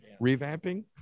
revamping